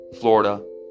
Florida